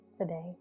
today